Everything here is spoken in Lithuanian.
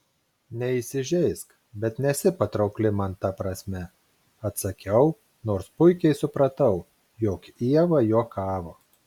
neįsižeisk bet nesi patraukli man ta prasme atsakiau nors puikiai supratau jog ieva juokavo